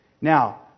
Now